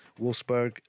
Wolfsburg